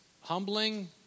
Humbling